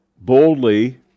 boldly